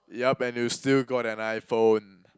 yup and you still got an iPhone